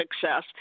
success